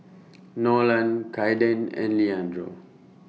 Nolan Kaiden and Leandro